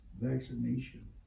vaccination